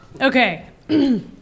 Okay